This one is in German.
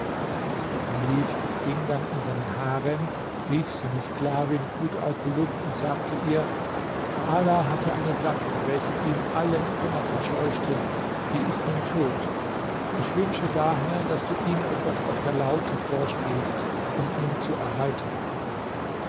der kalif ging dann in seinen harem rief seine sklavin kut alkulub und sagte ihr ala hatte eine gattin welche ihm allen kummer verscheuchte die ist nun tot ich wünsche daher daß du ihm etwas auf der laute vorspielst um ihn zu erheitern